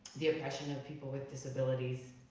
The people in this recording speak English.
the oppression of people with disabilities.